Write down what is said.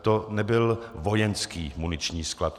To nebyl vojenský muniční sklad.